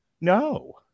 no